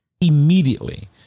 immediately